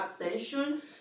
attention